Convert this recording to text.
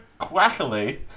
quackily